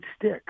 stick